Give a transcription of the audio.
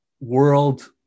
world